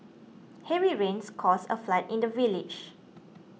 heavy rains caused a flood in the village